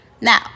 Now